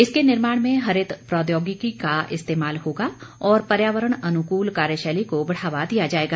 इसके निर्माण में हरित प्रौद्योगिकी का इस्तेमाल होगा और पर्यावरण अनुकूल कार्यशैली को बढ़ावा दिया जाएगा